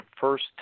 first